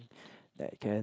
that can